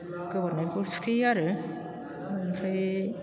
गोबोरनायखौ सुथेयो आरो ओमफ्राय